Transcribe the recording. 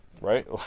right